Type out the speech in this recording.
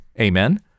Amen